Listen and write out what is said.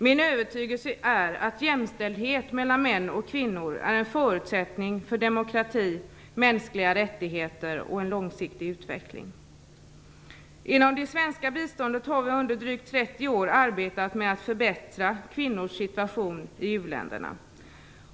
Min övertygelse är att jämställdhet mellan män och kvinnor är en förutsättning för demokrati, mänskliga rättigheter och långsiktig utveckling. Inom det svenska biståndet har vi under drygt 30 år arbetat med att förbättra kvinnors situation i uländerna.